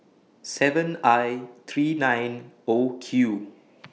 seven I three nine O Q